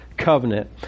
covenant